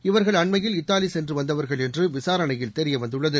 இவர்கள் அண்மையில் இத்தாலி சென்று வந்தவர்கள் என்று விசாரணையில் தெரிய வந்துள்ளது